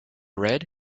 red